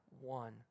one